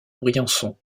briançon